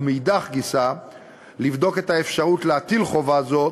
ומאידך גיסא לבדוק את האפשרות להטיל חובה זו